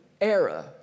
era